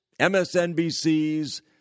MSNBC's